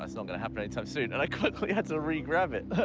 it's not gonna happen anytime soon. and i quickly had to re-grab it.